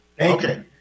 Okay